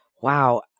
Wow